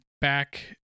back